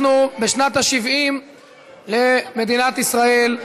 אנחנו בשנת ה-70 למדינת ישראל,